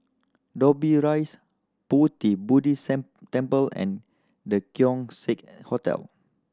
Dobbie Rise Pu Ti Buddhist Sam Temple and The Keong Saik Hotel